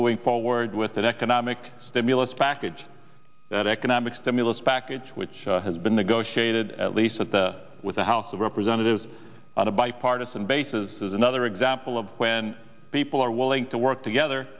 moving forward with an economic stimulus package that economic stimulus package which has been negotiated at least at the with the house of representatives on a bipartisan basis is another example of when people are willing to work together